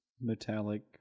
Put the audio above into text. metallic